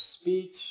speech